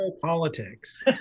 politics